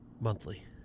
Monthly